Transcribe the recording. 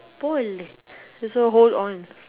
boleh dia suruh hold on